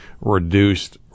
reduced